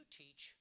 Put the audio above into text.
teach